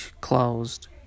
closed